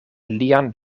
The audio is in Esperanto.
lian